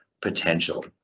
potential